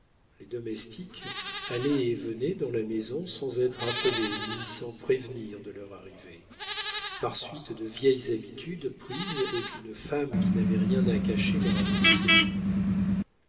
les domestiques allaient et venaient dans la maison sans être appelés ni sans prévenir de leur arrivée par suite de vieilles habitudes prises et qu'une femme qui n'avait rien à cacher leur avait laissé prendre